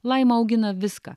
laima augina viską